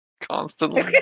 constantly